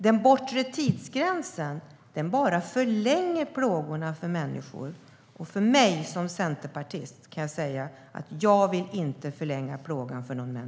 Den bortre tidsgränsen bara förlänger plågan för människorna, och jag som centerpartist vill inte förlänga plågan för någon.